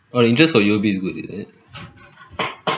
oh the interest for U_O_B is good is it